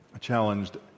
Challenged